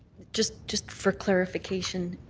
just just for clarification,